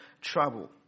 trouble